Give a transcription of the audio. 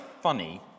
funny